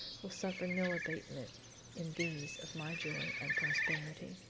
will suffer no abatement in these of my joy and prosperity.